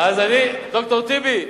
ד"ר טיבי,